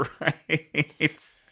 Right